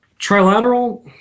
Trilateral